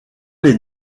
les